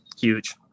huge